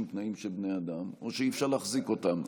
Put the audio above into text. תנאים של בני אדם או שאי-אפשר להחזיק אותם.